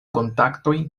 kontaktojn